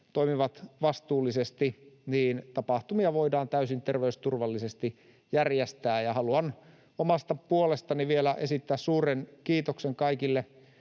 toimivat vastuullisesti — niin tapahtumia voidaan täysin terveysturvallisesti järjestää. Haluan omasta puolestani vielä esittää suuren kiitoksen kaikille